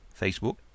Facebook